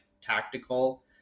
tactical